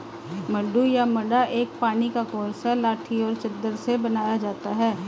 मड्डू या मड्डा एक पानी का कोर्स है लाठी और चादर से बनाया जाता है